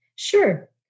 Sure